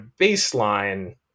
baseline